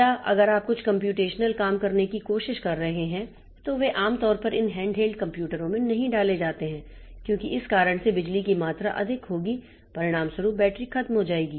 या अगर आप कुछ कम्प्यूटेशनल काम करने की कोशिश कर रहे हैं तो वे आम तौर पर इन हैंडहेल्ड कंप्यूटरों में नहीं डाले जाते हैं क्योंकि इस कारण से बिजली की मात्रा अधिक होगी परिणामस्वरूप बैटरी खत्म हो जाएगी